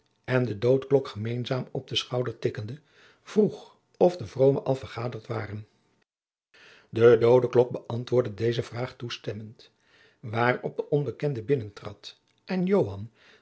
en de doodeklok gemeenzaam op den schouder tikkende vroeg of de vroomen al vergaderd waren de doodeklok bëantwoordde deze vraag toestemmend waarop de onbekende binnentrad en